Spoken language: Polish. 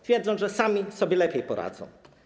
Twierdzą, że sami sobie lepiej poradzą.